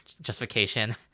justification